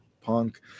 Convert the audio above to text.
Punk